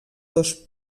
dos